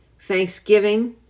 thanksgiving